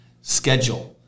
schedule